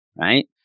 right